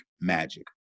magic